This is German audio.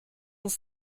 uns